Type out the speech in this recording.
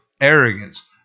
arrogance